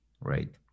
right